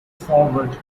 forward